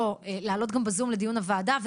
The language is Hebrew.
לעלות גם בזום לדיון הוועדה,